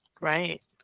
Right